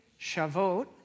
Shavuot